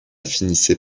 finissait